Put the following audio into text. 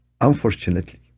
unfortunately